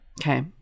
Okay